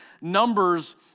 numbers